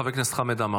חבר הכנסת חמד עמאר,